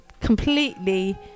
completely